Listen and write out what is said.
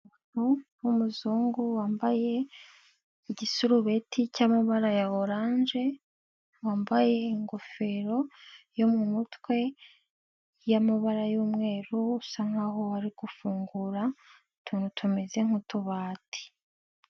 Umugabo w'umuzungu wambaye igisurubeti cy amabara ya oranje, wambaye ingofero yo mu mutwe y'amabara y'umweru, usa nk'aho ari gufungura, utuntu tumeze nk'utubati.